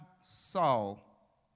Saul